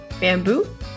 bamboo